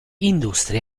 industrie